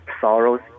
sorrows